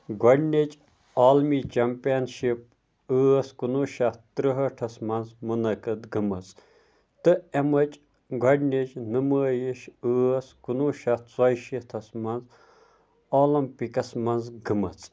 گۄڈٕنِچ عالمی championship ٲس کُنوُہ شَتھ تُرٛہٲٹھَس منٛز مُنعقد گٔمٕژ تہٕ اَمٕچ گۄڈٕنِچ نُمٲیِش ٲس کُنوُہ شَتھ ژۄیہِ شیٖتھَس منٛز اولمپِکس منٛز گٔمٕژ